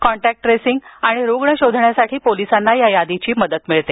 contact tracing आणि रुग्ण शोधण्यासाठी पोलिसांना या यादीची मदत मिळते